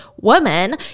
women